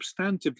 substantively